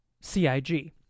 cig